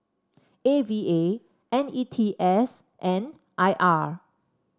A V A N E T S and I R